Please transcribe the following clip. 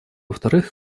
вторых